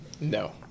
No